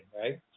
right